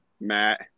Matt